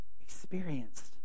experienced